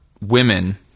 women